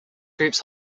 groups